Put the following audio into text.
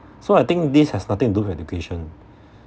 so I think this has nothing to do with education